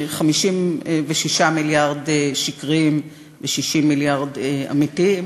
56 מיליארד שקריים ו-60 מיליארד אמיתיים,